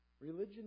Religion